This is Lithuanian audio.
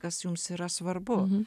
kas jums yra svarbu